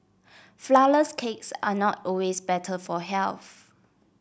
flourless cakes are not always better for health